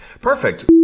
perfect